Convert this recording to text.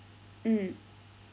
mm